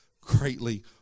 greatly